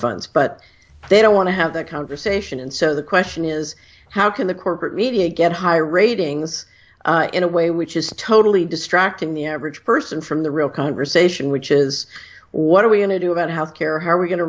funds but they don't want to have that conversation and so the question is how can the corporate media get high ratings in a way which is totally distracting the average person from the real conversation which is what are we going to do about how care how are we going to